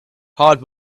hard